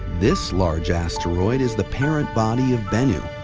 this large asteroid is the parent body of bennu,